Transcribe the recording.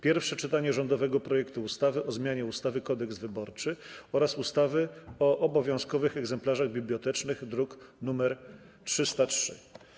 Pierwsze czytanie rządowego projektu ustawy o zmianie ustawy - Kodeks wyborczy oraz ustawy o obowiązkowych egzemplarzach bibliotecznych, druk nr 303.